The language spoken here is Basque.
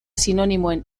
sinonimoen